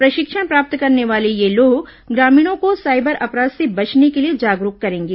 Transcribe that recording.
प्रशिक्षण प्राप्त करने वाले ये लोग ग्रामीणों को साइबर अपराध से बचने के लिए जागरूक करेंगे